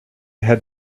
had